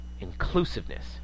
inclusiveness